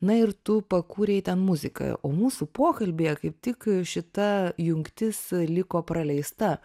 na ir tu pakūrei ten muziką o mūsų pokalbyje kaip tik šita jungtis liko praleista